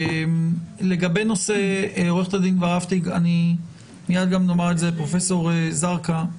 עורכת הדין ורהפטיג ופרופסור זרקא,